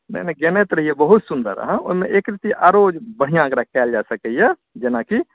नहि नहि गयने तऽ रहियै बहुत सुन्दर अहाँ ओहिमे एक रती आओरो बढ़िआँ एकरा कयल जा सकैया जेनाकि